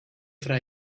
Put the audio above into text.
fra